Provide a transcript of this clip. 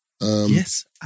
Yes